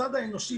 הצד האנושי,